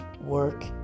work